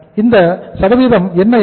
இதன் சதவீதம் 83